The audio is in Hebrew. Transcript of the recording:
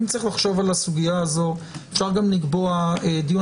אם צריך לחשוב על הסוגיה הזו, אפשר גם לקבוע דיון.